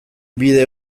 bide